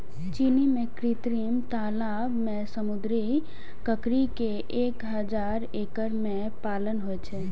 चीन मे कृत्रिम तालाब मे समुद्री ककड़ी के एक हजार एकड़ मे पालन होइ छै